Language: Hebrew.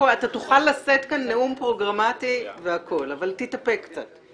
תוכל לשאת כן נאום פרוגרמתי, אבל תתאפק קצת.